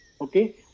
okay